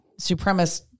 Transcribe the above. supremacist